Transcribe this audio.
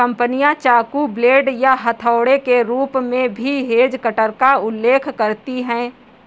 कंपनियां चाकू, ब्लेड या हथौड़े के रूप में भी हेज कटर का उल्लेख करती हैं